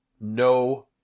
no